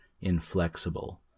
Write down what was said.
inflexible